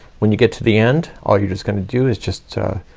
when you get to the end all you're just gonna do is just ah,